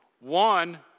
One